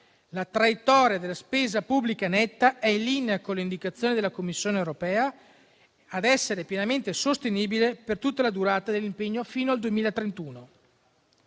La traiettoria della spesa pubblica netta è in linea con le indicazioni della Commissione europea ad essere pienamente sostenibile per tutta la durata dell'impegno, fino al 2031.